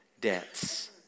Debts